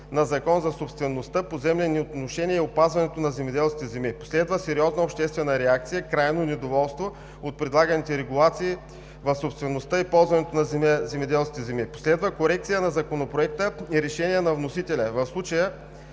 нов законопроект за собствеността, поземлените отношения и опазването на земеделските земи. Последва сериозна обществена реакция, крайно недоволство от предлаганите регулации в собствеността и ползването на земеделските земи. Последва корекция на Законопроекта и решение на вносителя – в случая